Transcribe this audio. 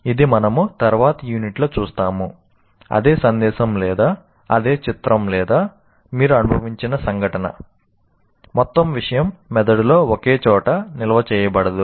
ఇది మనము తరువాతి యూనిట్లో చూస్తాము అదే సందేశం లేదా అదే చిత్రం లేదా మీరు అనుభవించిన సంఘటన మొత్తం విషయం మెదడులో ఒకే చోట నిల్వ చేయబడదు